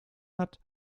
hat